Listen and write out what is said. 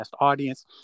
audience